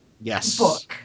yes